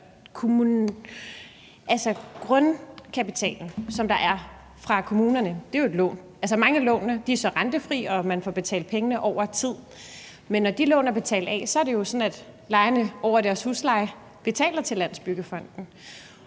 som der er fra kommunerne, er jo et lån. Altså, mange af lånene er så rentefri, og man får betalt pengene over tid. Men når de lån er betalt af, er det jo sådan, at lejerne over deres husleje betaler til Landsbyggefonden,